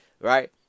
right